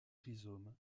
rhizome